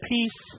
Peace